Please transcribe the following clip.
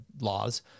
laws